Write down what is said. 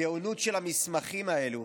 הגאונות של המסמכים האלו,